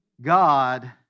God